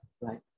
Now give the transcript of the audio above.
Right